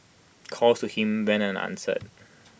calls to him went answered